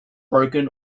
broken